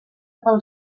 pel